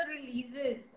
releases